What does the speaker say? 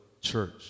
church